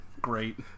Great